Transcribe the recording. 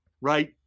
right